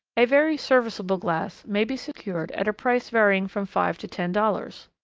a very serviceable glass may be secured at a price varying from five to ten dollars.